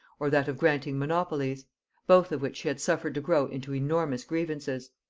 or that of granting monopolies both of which she had suffered to grow into enormous grievances.